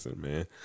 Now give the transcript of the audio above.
man